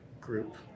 group